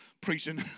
preaching